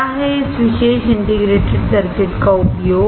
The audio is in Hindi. क्या है इस विशेष इंटीग्रेटेड सर्किट का उपयोग